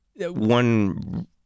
one